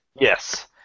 Yes